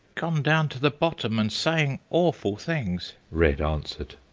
gone down to the bottom and saying awful things, red answered.